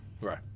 Right